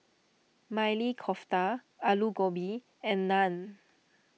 Maili Kofta Alu Gobi and Naan